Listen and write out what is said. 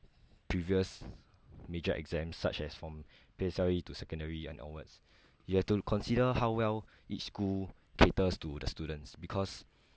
previous major exams such as from P_S_L_E to secondary and onwards you have to consider how well each school caters to the students because